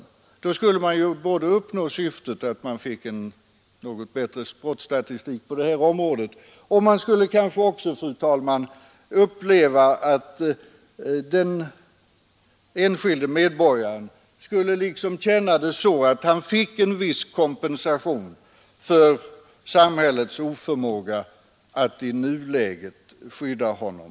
Då skulle man uppnå syftet både att få underlag för en något bättre brottsstatistik och att den enskilde medborgaren fick en viss kompensation för samhällets oförmåga att i nuläget skydda honom.